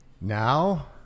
Now